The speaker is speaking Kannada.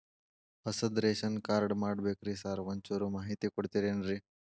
ಹೊಸದ್ ರೇಶನ್ ಕಾರ್ಡ್ ಮಾಡ್ಬೇಕ್ರಿ ಸಾರ್ ಒಂಚೂರ್ ಮಾಹಿತಿ ಕೊಡ್ತೇರೆನ್ರಿ?